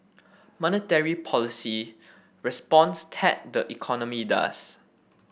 monetary policy responds tat the economy does